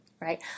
Right